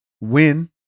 win